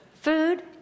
Food